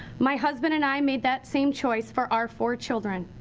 my husband and i made that same choice for our four children.